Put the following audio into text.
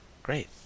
Great